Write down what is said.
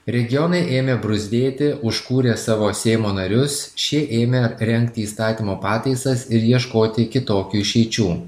regionai ėmė bruzdėti užkūrė savo seimo narius šie ėmė rengti įstatymo pataisas ir ieškoti kitokių išeičių